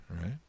right